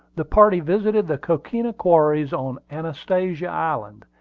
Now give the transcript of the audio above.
the party visited the coquina quarries on anastasia island,